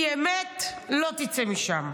כי אמת לא תצא משם".